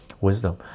wisdom